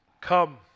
Come